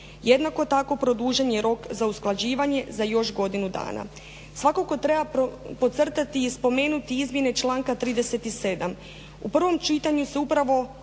Jednako tako produžen je rok za usklađivanje za još godinu dana. Svakako treba podcrtati i spomenuti izmjene članka 37. U prvom čitanju se upravo